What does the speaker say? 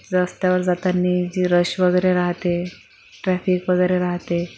रस्त्यावर जाताना जी रश वगैरे राहते ट्रॅफिक वगैरे राहते